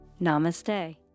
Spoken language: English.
Namaste